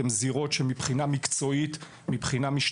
הן זירות מורכבות מבחינה מקצועית ומשטרתית.